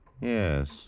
Yes